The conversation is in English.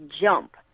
jump